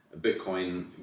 Bitcoin